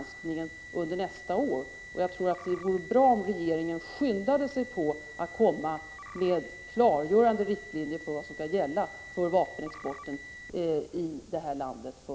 1985/86:146 granskningen nästa år, och jag tror det vore bra om regeringen skyndade sig 21 maj 1986 med att komma med klargörande riktlinjer för vad som skal gäla för ZIG Granskning av statsrå